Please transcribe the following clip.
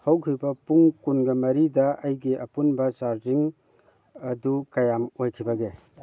ꯍꯧꯈꯤꯕ ꯄꯨꯡ ꯀꯨꯟꯒ ꯃꯔꯤꯗ ꯑꯩꯒꯤ ꯑꯄꯨꯟꯕ ꯆꯥꯗꯤꯡ ꯑꯗꯨ ꯀꯌꯥꯝ ꯑꯣꯏꯈꯤꯕꯒꯦ